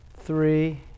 Three